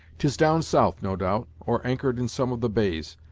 tis down south, no doubt, or anchored in some of the bays.